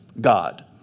God